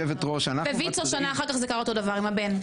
בויצ"ו שנה אחר כך זה קרה אותו דבר עם הבן.